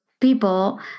people